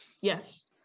Yes